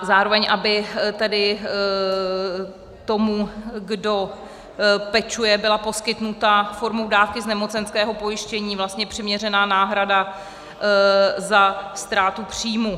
Zároveň aby tedy tomu, kdo pečuje, byla poskytnuta formou dávky z nemocenského pojištění přiměřená náhrada za ztrátu příjmu.